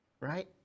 right